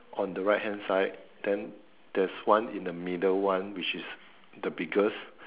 on the right hand side then there's one in the middle one which is the biggest